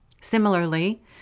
Similarly